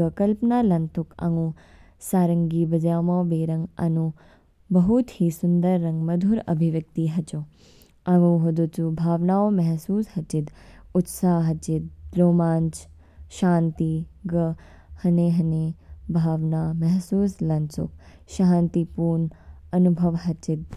ग कल्पना लानतोक आंगु सारंगी बज्यामो बेरंग, आनु बहुत ही सुंदर रंग मधुर अभिव्यक्ति हाचो। आंगु होदो चू भावना ओ महसूस हाचिद। उत्साह हाचिद, रोमांच, शांति ग हने हने भावना महसूस लानचोक। शांतिपूर्ण अनुभव हाचिद।